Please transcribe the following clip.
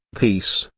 peace,